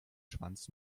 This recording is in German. schwanz